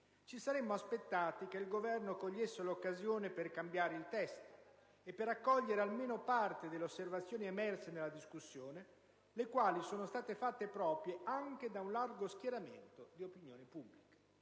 ci saremmo aspettati che il Governo cogliesse l'occasione per cambiare il testo e per accogliere almeno parte delle osservazioni emerse nella discussione, le quali sono state fatte proprie anche da un largo schieramento di opinione pubblica.